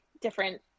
different